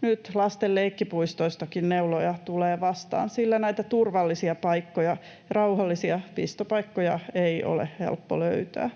Nyt lasten leikkipuistoissakin neuloja tulee vastaan, sillä näitä turvallisia paikkoja, rauhallisia pistopaikkoja, ei ole helppo löytää.